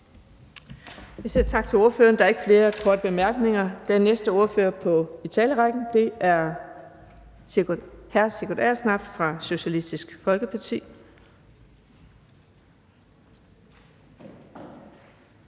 Vi siger tak til ordføreren. Der er ikke flere korte bemærkninger. Den næste ordfører i talerrækken er hr. Sigurd Agersnap fra Socialistisk Folkeparti.